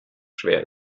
schwer